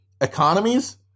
economies